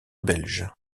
belge